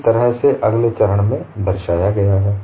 जिस तरह से अगले चरण में दर्शाया गया है